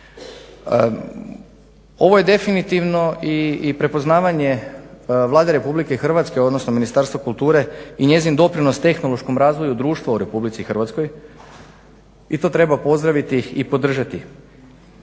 Ovo je definitivno i prepoznavanje Vlade Republike Hrvatske odnosno Ministarstva kulture i njezin doprinos tehnološkom razvoju društva u Republici Hrvatskoj i to treba pozdraviti i podržati.